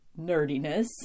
nerdiness